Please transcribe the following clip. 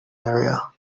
area